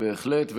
בהחלט.